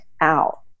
out